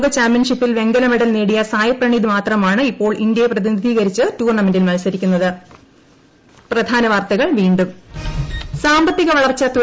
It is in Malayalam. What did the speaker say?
ലോകചാമ്പ്യൻഷിപ്പിൽ വെങ്കല മെഡൽ നേടിയ സായ്പ്രണീത് മാത്രമാണ് ഇപ്പോൾ ഇന്ത്യയെ പ്രതിനിധീകരിച്ച് ടൂർണമെന്റിൽ മത്സരിക്കൂന്നത്